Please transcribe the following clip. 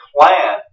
plan